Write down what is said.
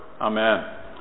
Amen